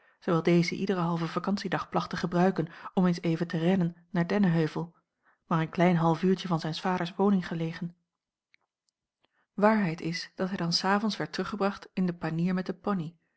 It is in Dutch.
deze iederen halven vacantiedag placht te gebruiken om eens even te rennen naar dennenheuvel maar een klein half uurtje van zijns vaders woning gelegen waarheid is dat hij dan s avonds werd teruggebracht in den panier met den pony